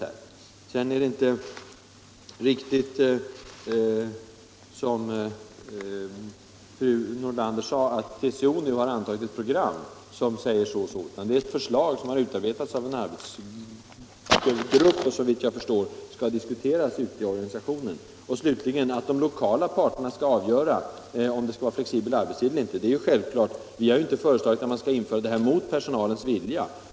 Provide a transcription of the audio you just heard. Det är vidare inte riktigt, som fru Nordlander sade, att TCO nu har antagit ett program i dessa frågor. Det är ett förslag som har utarbetats av en arbetsgrupp och som nu såvitt jag förstår skall diskuteras ute i organisationen. Att slutligen de lokala parterna skall avgöra om man skall ha flexibel arbetstid eller inte är en självklarhet. Vi har inte föreslagit att man skall införa detta mot personalens vilja.